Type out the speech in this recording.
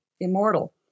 immortal